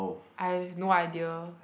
I have no idea